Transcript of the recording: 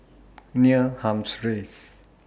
Neil Humphreys